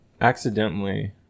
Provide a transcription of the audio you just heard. accidentally